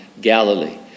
Galilee